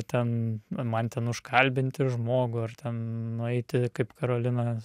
ten man ten užkalbinti žmogų ar ten nueiti kaip karolina